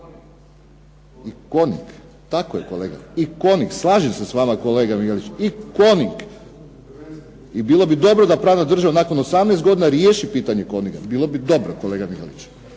i "Coning". Tako je kolega, i "Coning". Slažem se s vama kolega Mihalić i "Coning". I bilo bi dobro da pravna država nakon 18 godina riješi pitanje "Coninga", bilo bi dobro kolega Mihalić.